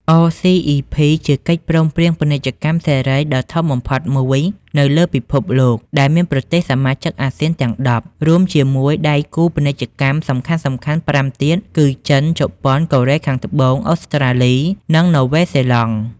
អ សុី អុី ភី (RCEP)ជាកិច្ចព្រមព្រៀងពាណិជ្ជកម្មសេរីដ៏ធំបំផុតមួយនៅលើពិភពលោក ដែលមានប្រទេសសមាជិកអាស៊ានទាំង ១០ រួមជាមួយដៃគូពាណិជ្ជកម្មសំខាន់ៗ ៥ ទៀត គឺ ចិន ជប៉ុន កូរ៉េខាងត្បូង អូស្ត្រាលី និងនូវែលសេឡង់។